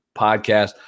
podcast